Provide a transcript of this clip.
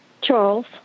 Charles